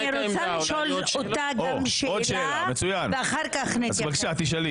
אני רוצה לשאול אותה שאלה ואחר כך אני אתייחס.